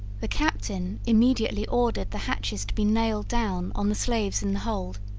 the captain immediately ordered the hatches to be nailed down on the slaves in the hold,